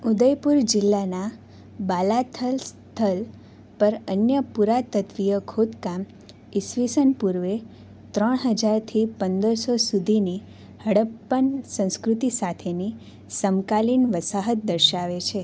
ઉદયપુર જિલ્લાનાં બાલાથલ સ્થળ પર અન્ય પુરાતત્વીય ખોદકામ ઈસવિસન પૂર્વે ત્રણ હજારથી પંદરસો સુધીની હડપ્પન સંસ્કૃતિ સાથેની સમકાલીન વસાહત દર્શાવે છે